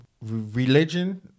religion